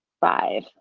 five